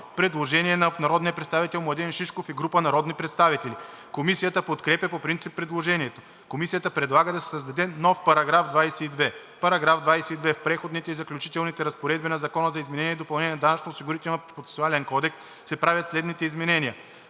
Предложение на народния представител Младен Шишков и група народни представители. Комисията подкрепя по принцип предложението. Комисията предлага да се създаде нов § 22: „§ 22. В преходните и заключителните разпоредби на Закона за изменение и допълнение на Данъчно-осигурителния процесуален кодекс (ДВ, бр. …) се правят следните изменения: